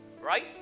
right